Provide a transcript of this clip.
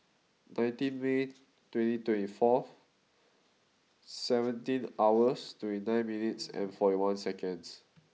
nineteen May twenty twenty four seventeen hours twenty nine minutes and forty one seconds